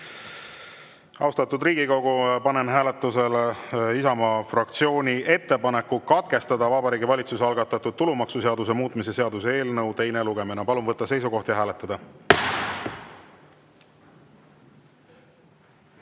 Riigikogu, panen hääletusele Isamaa fraktsiooni ettepaneku katkestada Vabariigi Valitsuse algatatud tulumaksuseaduse muutmise seaduse eelnõu teine lugemine. Palun võtta seisukoht ja hääletada!